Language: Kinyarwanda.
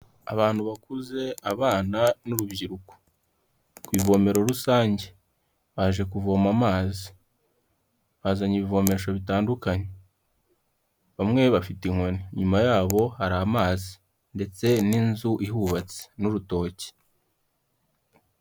Abantu bakuze abana n'urubyiruko, kuvomero rusange baje kuvoma amazi, bazanye ibivomesho bitandukanye, bamwe bafite inkoni nyuma yabo hari amazi ndetse n'inzu ihubatse n'urutoki.